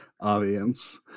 audience